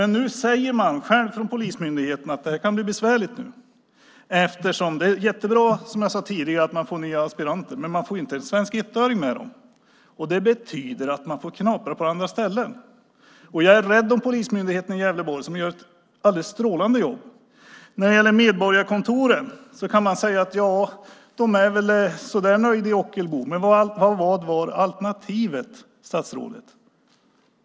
Nu säger man själv från polismyndigheten att det kan bli besvärligt. Det är jättebra, som jag tidigare sagt, att man får nya aspiranter. Men inte en enda svensk ettöring följer med dem. Det betyder att man får knapra på andra ställen. Jag är rädd om polismyndigheten i Gävleborg som gör ett alldeles strålande jobb. När det gäller medborgarkontoren kan man väl säga: Ja, de är väl så där nöjda i Ockelbo. Men vad var alternativet, statsrådet?